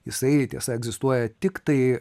jisai tiesa egzistuoja tiktai